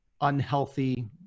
unhealthy